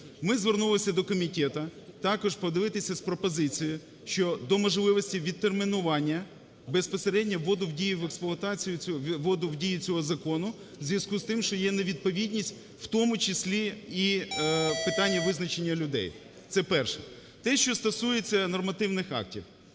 Ми звернулися до комітету також подивитися з пропозицією щодо можливості відтермінування безпосередньо вводу в дію в експлуатацію… вводу в дію цього закону у зв'язку з тим, що є невідповідність, в тому числі і питання визначення людей. Це перше. Те, що стосується нормативних актів.